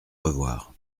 revoir